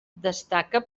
destaca